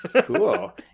cool